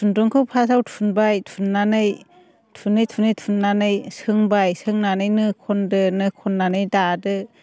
खुन्दुंखौ फार्स्टआव थुनबाय थुननानै थुनै थुनै थुननानै सोंबाय सोंनानै नो खन्दो नो खन्नानै दादो